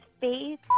Faith